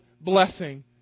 blessing